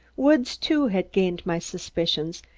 woods, too, had gained my suspicions,